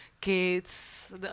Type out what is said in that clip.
kids